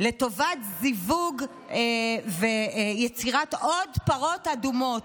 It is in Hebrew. לטובת זיווג ויצירת עוד פרות אדומות.